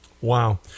Wow